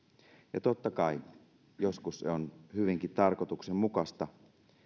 ja totta kai se on joskus hyvinkin tarkoituksenmukaista